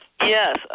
Yes